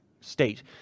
state